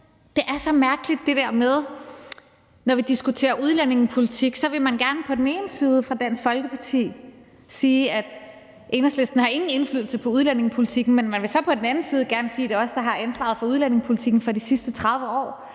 det er så mærkeligt, når vi diskuterer udlændingepolitik, at man gerne i Dansk Folkeparti på den ene side vil sige, at Enhedslisten ingen indflydelse har på udlændingepolitikken, men også på den anden side gerne sige, at det er os, der har ansvaret for udlændingepolitikken i de sidste 30 år.